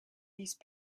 these